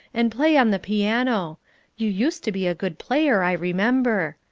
and play on the piano you used to be a good player, i remember.